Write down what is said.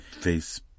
face